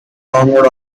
download